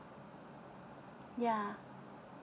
ya